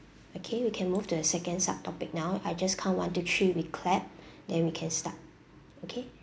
okay we can move to the second sub topic now I just count one two three we clap then we can start okay